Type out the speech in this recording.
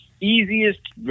easiest